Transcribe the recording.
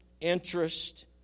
interest